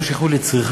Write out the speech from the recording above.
במקום שילכו לצריכה,